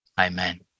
Amen